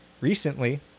recently